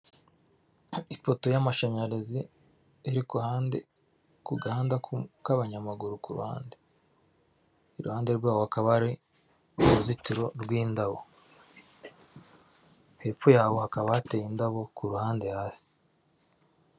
Ifoto y'amashanyarazi iri kuruhande ku gahunda kabanyamaguru iruhande rwabo hakaba hari aritiro y'indabo hepfo ya ha ha indabohande hasi.